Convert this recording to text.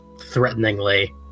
threateningly